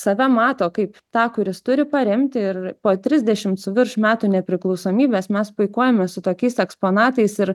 save mato kaip tą kuris turi paremti ir po trisdešim su virš metų nepriklausomybės mes puikuojamės su tokiais eksponatais ir